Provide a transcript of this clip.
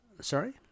Sorry